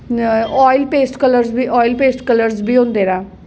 oil paste colour बी oil paste colour बी होंदे न